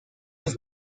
los